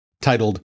titled